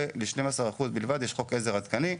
ול-12% בלבד יש חוק עדכני.